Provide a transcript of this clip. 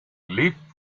leafed